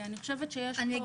אני חושבת שיש פה מנעד גדול.